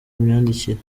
myandikire